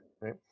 right